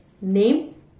name